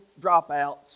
dropouts